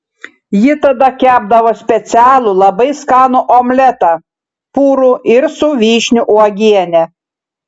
ji tada kepdavo specialų labai skanų omletą purų ir su vyšnių uogiene